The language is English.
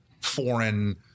foreign